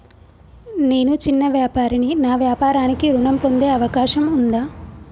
నేను చిన్న వ్యాపారిని నా వ్యాపారానికి ఋణం పొందే అవకాశం ఉందా?